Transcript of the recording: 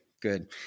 good